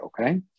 okay